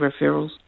referrals